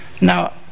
now